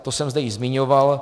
To jsem zde již zmiňoval.